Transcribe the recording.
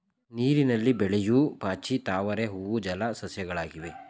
ನೀರಿನಲ್ಲಿ ಬೆಳೆಯೂ ಪಾಚಿ, ತಾವರೆ ಹೂವು ಜಲ ಸಸ್ಯಗಳಾಗಿವೆ